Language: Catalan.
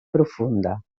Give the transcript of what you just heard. profunda